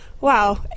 Wow